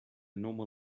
normal